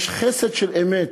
יש חסד של אמת.